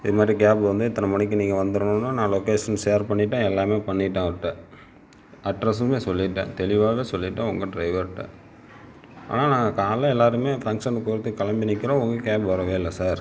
இதுமாதிரி கேப் வந்து இத்தனை மணிக்கு நீங்கள் வந்துரணும்ன்னு நான் லொகேஷன் ஷேர் பண்ணி விட்டேன் எல்லாமே பண்ணி விட்டேன் அவர்கிட்ட அட்ரஸுமே சொல்லி விட்டேன் தெளிவாகவே சொல்லி விட்டேன் உங்க டிரைவர் கிட்ட ஆனால் நாங்கள் காலைல எல்லாருமே ஃபங்ஷனுக்கு போகறதுக்கு கிளம்பி நிற்கிறோம் உங்க கேப் வரவே இல்லை சார்